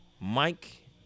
Mike